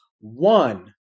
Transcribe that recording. one